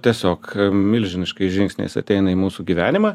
tiesiog milžiniškais žingsniais ateina į mūsų gyvenimą